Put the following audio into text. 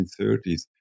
1930s